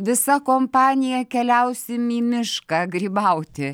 visa kompanija keliausim į mišką grybauti